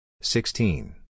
sixteen